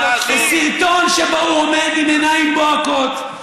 וסרטון שבו הוא עומד עם עיניים בוהקות,